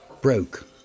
broke